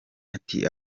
ati